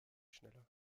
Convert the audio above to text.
schneller